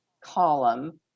column